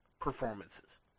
performances